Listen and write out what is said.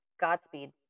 Godspeed